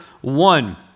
one